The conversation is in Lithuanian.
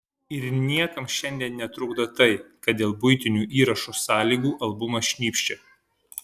ir niekam šiandien netrukdo tai kad dėl buitinių įrašo sąlygų albumas šnypščia